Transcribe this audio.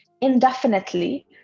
indefinitely